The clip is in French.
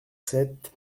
sept